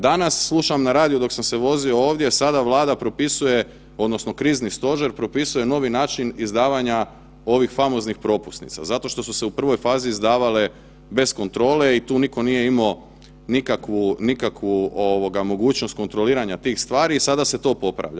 Danas slušam na radiju dok sam se vozio ovdje, sada Vlada propisuje odnosno krizni stožer propisuje novi način izdavanja ovih famoznih propusnica zato što su se u prvoj fazi izdavale bez kontrole i tu nitko nije imamo nikakvu, nikakvu mogućnost kontroliranja tih stvari i sada se to popravlja.